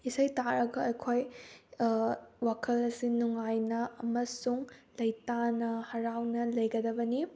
ꯏꯁꯩ ꯇꯥꯔꯒ ꯑꯩꯈꯣꯏ ꯋꯥꯈꯜ ꯑꯁꯤ ꯅꯨꯡꯉꯥꯏꯅ ꯑꯃꯁꯨꯡ ꯂꯩꯇꯥꯅ ꯍꯥꯔꯥꯎꯅ ꯂꯩꯒꯗꯕꯅꯤ